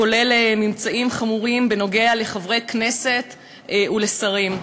כולל ממצאים חמורים בנוגע לחברי כנסת ולשרים.